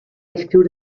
escriure